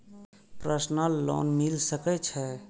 Personal loan मिल सके छे?